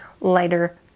lighter